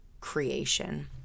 creation